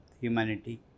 humanity